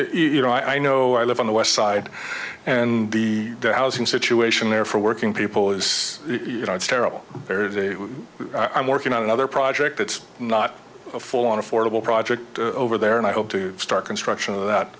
you know i know i live on the west side and the housing situation there for working people is you know it's terrible i'm working on another project it's not a full on affordable project over there and i hope to start construction of that